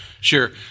Sure